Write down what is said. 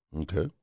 Okay